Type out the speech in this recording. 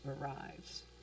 arrives